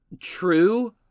True